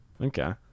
okay